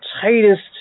tightest